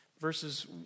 verses